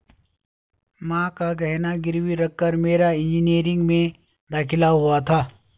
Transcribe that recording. मां का गहना गिरवी रखकर मेरा इंजीनियरिंग में दाखिला हुआ था